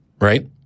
Right